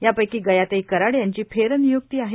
यापैकी गयाताई कराड यांची फेरनिय्क्ती आहे